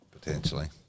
potentially